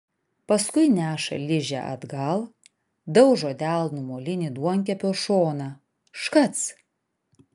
paskui neša ližę atgal daužo delnu molinį duonkepio šoną škac